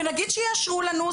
ונגיד שיאשרנו לנו,